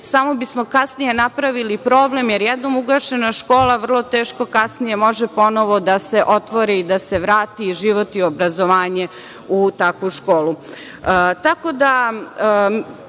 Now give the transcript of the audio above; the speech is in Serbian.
samo bismo kasnije napravili problem, jer jednom ugašena škola vrlo teško kasnije može ponovo da se otvori i da se vrati život i obrazovanje u takvu školu. Tako